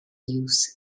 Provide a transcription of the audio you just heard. use